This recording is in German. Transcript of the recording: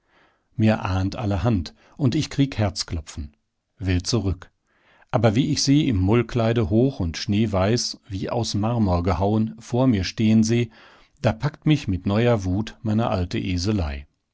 mir ahnt allerhand und ich krieg herzklopfen will zurück aber wie ich sie im mullkleide hoch und schneeweiß wie aus marmor gehauen vor mir stehen seh da packt mich mit neuer wut meine alte eselei